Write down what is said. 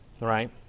Right